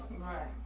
Right